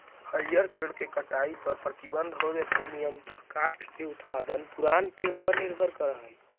हरिअर पेड़ के कटाई पर प्रतिबन्ध होवे से नियमतः काष्ठ के उत्पादन पुरान पेड़ पर निर्भर करऽ हई